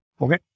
okay